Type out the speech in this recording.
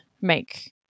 make